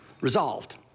resolved